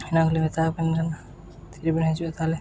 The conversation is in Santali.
ᱮᱱᱟᱝ ᱞᱮ ᱢᱮᱛᱟ ᱠᱤᱱ ᱠᱟᱱᱟ ᱛᱤᱨᱮ ᱯᱮ ᱦᱤᱡᱩᱜᱼᱟ ᱛᱟᱦᱚᱞᱮ